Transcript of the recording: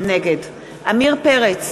נגד עמיר פרץ,